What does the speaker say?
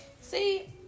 See